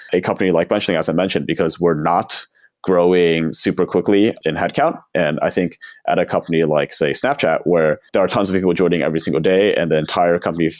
a company like benchling as i mentioned, because we're not growing super quickly in headcount and i think at a company like say, snapchat where there are tons of people joining every single day and the entire company,